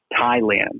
Thailand